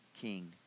king